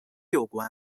有关